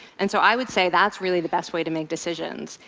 and so i would say that's really the best way to make decisions,